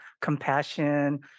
compassion